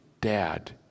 Dad